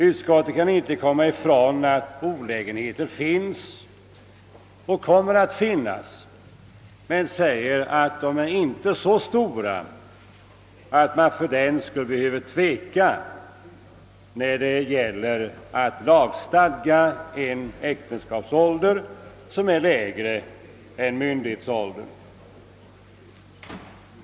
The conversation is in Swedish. Utskottet kan inte komma ifrån att olägenheter finns och kommer att finnas men anser att de inte är så stora, att man fördenskull behöver tveka när det gäller att lagstifta om en äktenskapsålder som är lägre än myndighetsåldern.